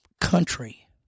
country